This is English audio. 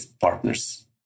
partners